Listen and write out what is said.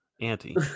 Auntie